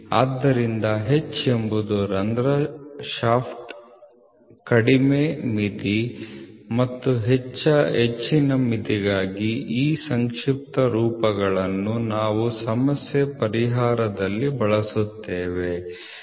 ಆದ್ದರಿಂದ H ಎಂಬುದು ರಂಧ್ರ ಶಾಫ್ಟ್ ಕಡಿಮೆ ಮಿತಿ ಮತ್ತು ಹೆಚ್ಚಿನ ಮಿತಿಗಾಗಿ ಈ ಸಂಕ್ಷಿಪ್ತ ರೂಪಗಳನ್ನು ನಾವು ಸಮಸ್ಯೆ ಪರಿಹಾರದಲ್ಲಿ ಬಳಸುತ್ತೇವೆ